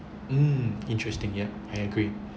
mm interesting yup I agree